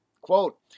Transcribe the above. Quote